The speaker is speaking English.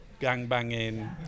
gang-banging